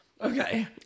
Okay